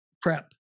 prep